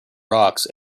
rocks